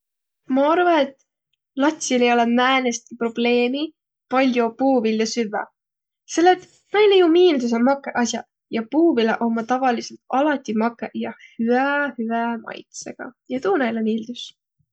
Ma arva, et latsil ei olõq määnestki probleemi pall'o puuviljä süvväq, selle et näile jo miildüseq makõq as'aq, ja puuviläq ommaq tavalidsõlt alati makõq ja hüä-hüä maitsõgaq. Ja tuu näile miildüs.